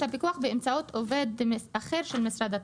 הפיקוח באמצעות עובד אחר של משרד התקשורת.